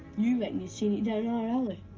you reckon you've seen it down our